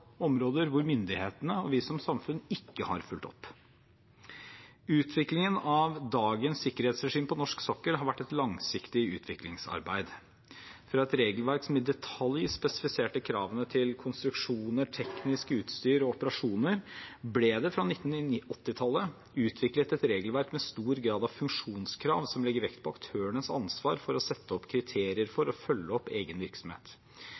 områder hvor myndighetene og vi som samfunn ikke har fulgt opp. Utviklingen av dagens sikkerhetsregime på norsk sokkel har vært et langsiktig utviklingsarbeid. Fra et regelverk som i detalj spesifiserte kravene til konstruksjoner, teknisk utstyr og operasjoner, ble det fra 1980-tallet utviklet et regelverk med stor grad av funksjonskrav som legger vekt på aktørenes ansvar for å sette kriterier for, og følge opp, egen virksomhet.